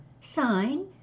sign